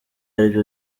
aribyo